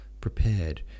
prepared